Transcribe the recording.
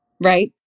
right